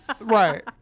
Right